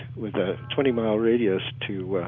with a twenty-mile radius to